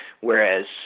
whereas